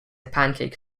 pancake